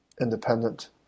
independent